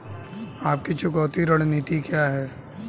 आपकी चुकौती रणनीति क्या है?